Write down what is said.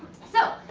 so,